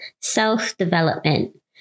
self-development